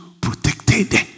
protected